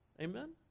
Amen